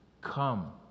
Come